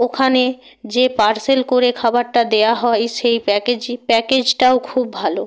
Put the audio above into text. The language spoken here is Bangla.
ওখানে যে পার্সেল করে খাবারটা দেয়া হয় সেই প্যাকেজ প্যাকেজটাও খুব ভালো